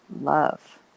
love